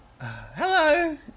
hello